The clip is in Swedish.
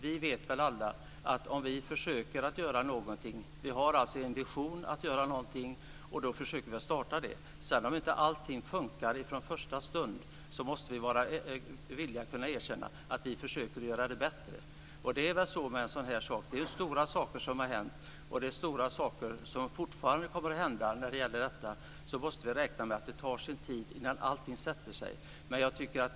Vi har alltså en vision om att göra något och då försöker vi starta det. Men om inte allting fungerar från första stund måste vi vara villiga att, och kunna, erkänna att vi försöker göra det bättre. Det är stora saker som har hänt och det är fortfarande stora saker som kommer att hända när det gäller detta område. Vi måste räkna med att det tar sin tid innan allting sätter sig.